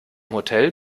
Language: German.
hotel